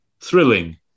thrilling